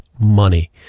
money